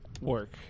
work